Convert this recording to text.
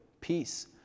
peace